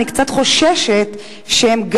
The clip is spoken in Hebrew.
אני קצת חוששת שהם,